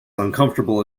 uncomfortable